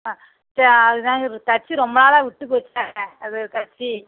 ஆ சேரி அதுதான் தைச்சி ரொம்ப நாளாக விட்டுப்போச்சு அது தைச்சி